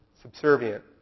subservient